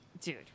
dude